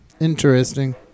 Interesting